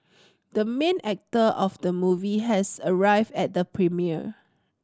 the main actor of the movie has arrived at the premiere